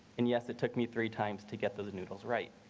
and yes, it took me three times to get those noodles right.